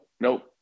nope